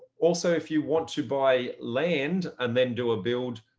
also, if you want to buy land and then do a build,